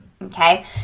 Okay